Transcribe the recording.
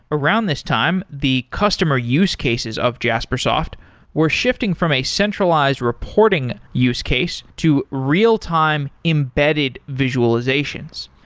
around this time, the customer use cases of jaspersoft were shifting from a centralized reporting use case to real-time embedded visualizations.